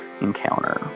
encounter